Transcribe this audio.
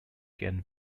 ken